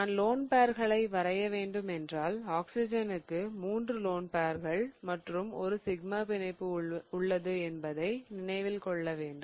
நான் லோன் பேர்களை வரைய வேண்டும் என்றால் ஆக்ஸிஜனுக்கு 3 லோன் பேர்கள் மற்றும் ஒரு சிக்மா பிணைப்பு உள்ளது என்பதை நினைவில் கொள்ளவேண்டும்